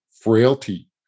frailty